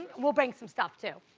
we'll bring some stuff too.